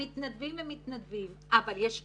המתנדבים הם מתנדבים אבל יש תקורה,